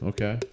Okay